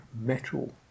metal